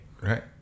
Right